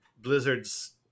Blizzard's